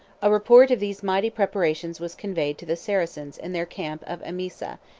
a report of these mighty preparations was conveyed to the saracens in their camp of emesa,